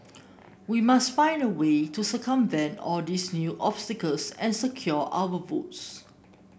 we must find a way to circumvent all these new obstacles and secure our votes